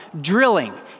drilling